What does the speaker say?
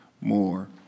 more